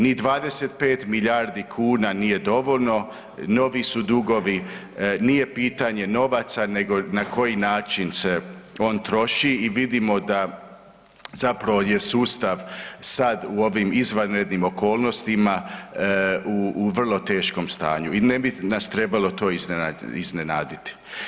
Ni 25 milijardi kuna nije dovoljno, novi su dugovi, nije pitanje novaca nego na koji način se on troši i vidimo da zapravo je sustav sad u ovim izvanrednim okolnostima u, u vrlo teškom stanju i ne bi nas trebalo to iznenaditi.